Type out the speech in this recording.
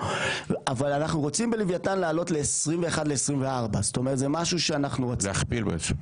אבל אנחנו רוצים בלווייתן לעלות ל-21 24. להכפיל בעצם.